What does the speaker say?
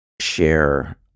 share